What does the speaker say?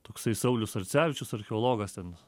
toksai saulius sarcevičius archeologas ten